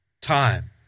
Time